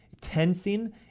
tensing